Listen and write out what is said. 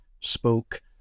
spoke